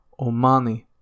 omani